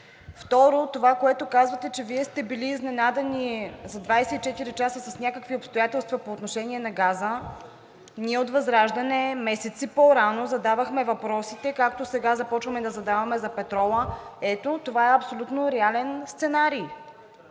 Второ, това, което казвате – че Вие сте били изненадани за 24 часа с някакви обстоятелства по отношение на газа, ние от ВЪЗРАЖДАНЕ месеци по-рано задавахме въпросите, както сега започваме да задаваме за петрола. Ето, това е абсолютно реален сценарий.